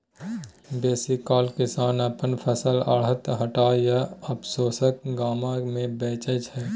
बेसीकाल किसान अपन फसल आढ़त, हाट या आसपरोसक गाम मे बेचै छै